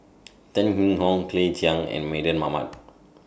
Tan Yee Hong Claire Chiang and Mardan Mamat